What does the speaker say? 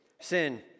Sin